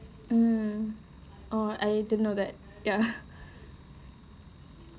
um oh I didn't know that ya